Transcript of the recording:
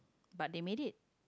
but they make it